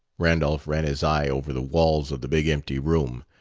randolph ran his eye over the walls of the big empty room.